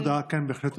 תודה, בהחלט.